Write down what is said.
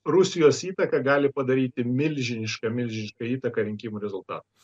rusijos įtaka gali padaryti milžinišką milžinišką įtaką rinkimų rezultatam